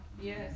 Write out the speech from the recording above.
Yes